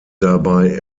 dabei